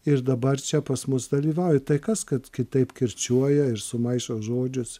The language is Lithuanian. ir dabar čia pas mus dalyvauja tai kas kad kitaip kirčiuoja ir sumaišo žodžius